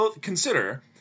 consider